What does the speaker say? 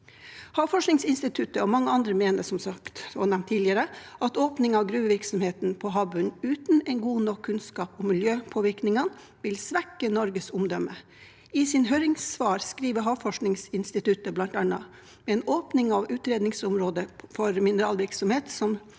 Havforskningsinstituttet og mange andre mener, som nevnt tidligere, at åpning av gruvevirksomhet på havbunnen uten god nok kunnskap om miljøpåvirknin gene vil svekke Norges omdømme. I sitt høringssvar skriver Havforskningsinstituttet bl.a.: «Med en åpning av utredningsområdet for mineralvirksomhet som